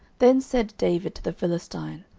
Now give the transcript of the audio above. then said david to the philistine,